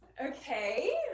Okay